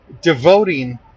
devoting